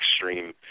extreme